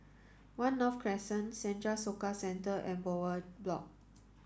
One North Crescent Senja Soka Centre and Bowyer Block